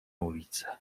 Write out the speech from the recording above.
ulicę